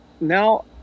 now